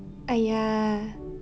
!aiya!